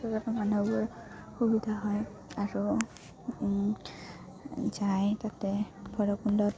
মনুহবোৰ সুবিধা হয় আৰু যায় তাতে ভৈৰৱকুণ্ডত